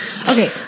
okay